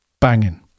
banging